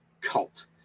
cult